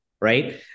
Right